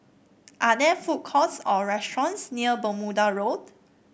are there food courts or restaurants near Bermuda Road